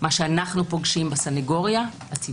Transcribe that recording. מה שאנו פוגשים בסנגוריה, הציבורית,